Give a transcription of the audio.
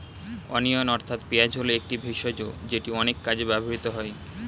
onion অর্থাৎ পেঁয়াজ হল একটি ভেষজ যেটি অনেক কাজে ব্যবহৃত হয়